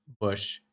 Bush